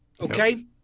okay